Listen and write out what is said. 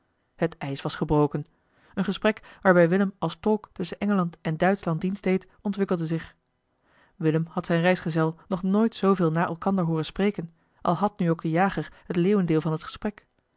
het ijs was gebroken een gesprek waarbij willem als tolk tusschen engeland en duitschland dienst deed ontwikkelde zich willem had zijn reisgezel nog nooit zooveel na elkander hooren spreken al had nu ook de jager het leeuwendeel van het gesprek